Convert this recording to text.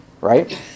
right